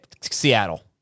Seattle